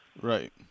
Right